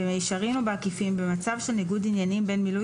במישרין או בעקיפין במצב של ניגוד עניינים בין מילוי